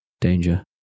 danger